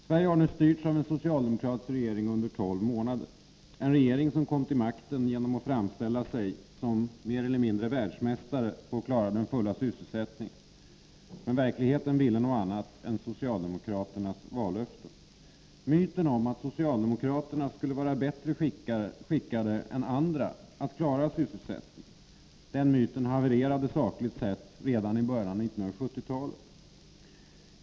Sverige har nu styrts av en socialdemokratisk regering under tolv månader — en regering som kom till makten genom att framställa sig som mer eller mindre världsmästare på att klara den fulla sysselsättningen. Men verklighe ten ville något annat än socialdemokraternas vallöften. Myten om att socialdemokraterna skulle vara bättre skickade än andra att klara sysselsättningen havererade, sakligt sett, redan i början av 1970-talet.